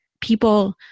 people